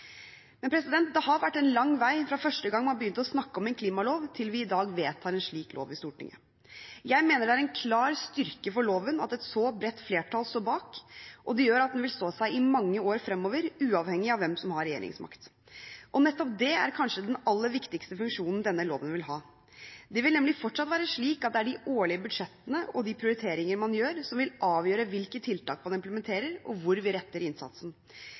Men det har vært en lang vei fra første gang man begynte å snakke om en klimalov, til vi i dag vedtar en slik lov i Stortinget. Jeg mener det er en klar styrke for loven at et så bredt flertall står bak. Det gjør at den vil stå seg i mange år fremover, uavhengig av hvem som har regjeringsmakten. Nettopp det er kanskje den aller viktigste funksjonen denne loven vil ha. Det vil nemlig fortsatt være de årlige budsjettene og de prioriteringene som man gjør, som vil avgjøre hvilke tiltak man implementerer, og hvor vi retter innsatsen.